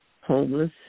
homeless